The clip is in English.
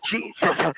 Jesus